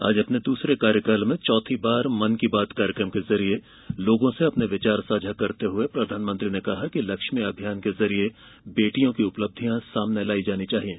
आज अपने दसरे कार्यकाल में चौथी बार मन की बात कार्यक्रम के जरिए लोगों से अपने विचार साझा करते हए प्रधानमंत्री ने कहा कि लक्ष्मी अभियान के जरिए बेटियों की उपलब्धियां सामने लाई जानी चाहिये